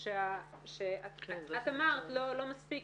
את אמרת, לא מספיק